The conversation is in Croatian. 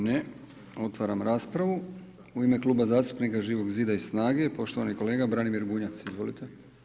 Ne, otvaram raspravu, u ime Kluba zastupnika Živog zida i SNAGA-e poštovani kolega Branimir Bunjac, izvolite.